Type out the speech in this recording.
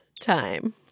time